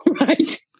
right